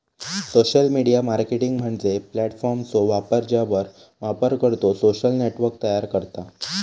social media marketing म्हणजे प्लॅटफॉर्मचो वापर ज्यावर वापरकर्तो सोशल नेटवर्क तयार करता